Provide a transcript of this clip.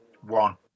One